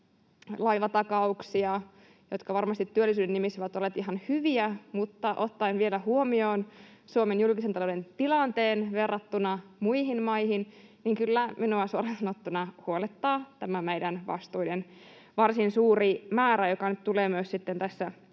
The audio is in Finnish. lainatakauksia, jotka varmasti työllisyyden nimissä ovat olleet ihan hyviä, mutta ottaen vielä huomioon Suomen julkisen talouden tilanteen verrattuna muihin maihin kyllä minua suoraan sanottuna huolettaa tämä meidän vastuiden varsin suuri määrä, joka nyt tulee sitten myös tässä